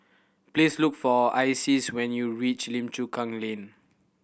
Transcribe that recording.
please look for Isis when you reach Lim Chu Kang Lane